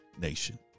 Nation